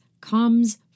comes